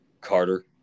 carter